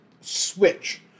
switch